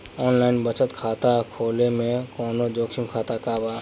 Online बचत खाता खोले में कवनो जोखिम बा का?